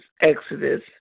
Exodus